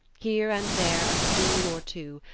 here and there a stool or two,